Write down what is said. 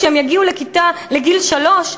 כשהם יגיעו לגיל שלוש,